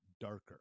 darker